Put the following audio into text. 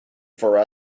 for